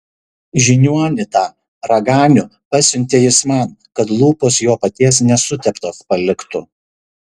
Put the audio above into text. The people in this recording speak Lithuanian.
žiniuonį tą raganių pasiuntė jis man kad lūpos jo paties nesuteptos paliktų